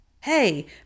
hey